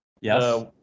Yes